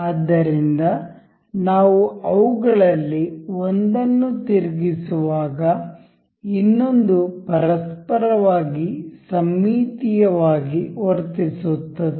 ಆದ್ದರಿಂದ ನಾವು ಅವುಗಳಲ್ಲಿ ಒಂದನ್ನು ತಿರುಗಿಸುವಾಗ ಇನ್ನೊಂದು ಪರಸ್ಪರವಾಗಿ ಸಮ್ಮಿತೀಯವಾಗಿ ವರ್ತಿಸುತ್ತದೆ